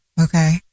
okay